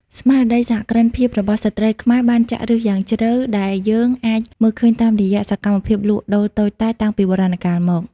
ស្មារតីសហគ្រិនភាពរបស់ស្ត្រីខ្មែរបានចាក់ឫសយ៉ាងជ្រៅ ដែលយើងអាចមើលឃើញតាមរយៈសកម្មភាពលក់ដូរតូចតាចតាំងពីបុរាណកាលមក។